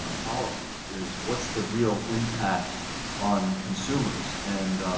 ah policies is what's the real impact on consumers. and,